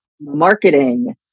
marketing